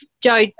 Joe